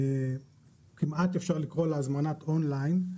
כמעט אפשר לקרוא הזמנת און ליין,